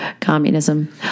Communism